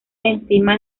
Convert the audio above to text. enzima